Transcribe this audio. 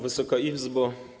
Wysoka Izbo!